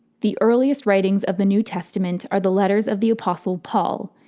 the earliest writings of the new testament are the letters of the apostle paul.